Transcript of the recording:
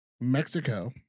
Mexico